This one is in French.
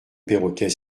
perroquet